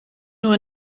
nur